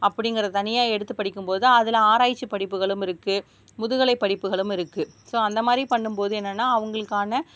அப்படிங்குறத தனியாக எடுத்து படிக்கும்போது தான் அதில் ஆராய்ச்சி படிப்புகளும் இருக்குது முதுகலை படிப்புகளும் இருக்குது ஸோ அந்த மாதிரி பண்ணும் போது என்னென்னா அவங்களுக்கான